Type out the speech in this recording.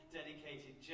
dedicated